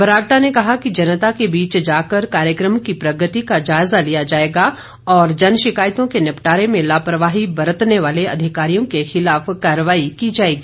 बरागटा ने कहा कि जनता के बीच जाकर कार्यक्रम की प्रगति का जायजा लिया जाएगा और जन शिकायतों के निपटारे में लापरवाही बरतने वाले अधिकारियों के खिलाफ कार्रवाई की जाएगी